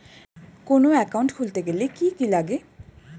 কোন একাউন্ট খুলতে গেলে কি কি লাগে?